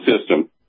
system